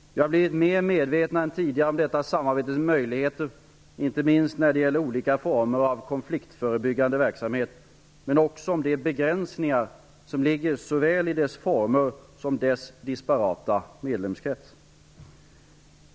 Vi har blivit mer medvetna än tidigare om detta samarbetes möjligheter, inte minst när det gäller olika former av konfliktförebyggande verksamhet, men också om de begränsningar som ligger i såväl dess former som dess disparata medlemskrets.